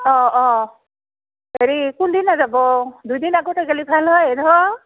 অ' অ' হেৰি কোন দিনা যাব দুদিন আগতে গ'লে ভাল হয়